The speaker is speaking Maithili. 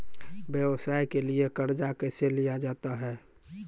व्यवसाय के लिए कर्जा कैसे लिया जाता हैं?